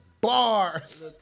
bars